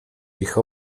ich